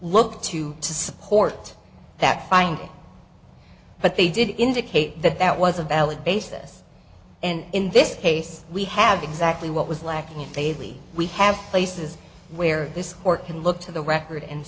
look to to support that finding but they did indicate that that was a valid basis and in this case we have exactly what was lacking and they leave we have places where this court can look to the record and